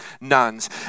nuns